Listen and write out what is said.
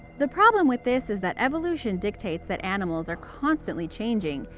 the problem with this is that evolution dictates that animals are constantly changing,